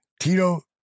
Tito